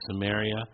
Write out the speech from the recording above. Samaria